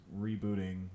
rebooting